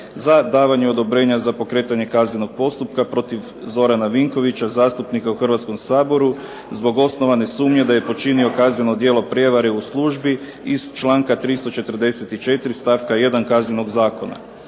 za davanje odobrenja za pokretanje kaznenog postupka protiv Zorana Vinkovića, zastupnika u Hrvatskom saboru zbog osnovane sumnje da je počinio kazneno djelo prijevare u službi iz članka 344. stavka 1. Kaznenog zakona.